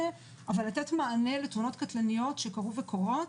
אבל לתת מענה לתאונות קטלניות שקרו וקורות,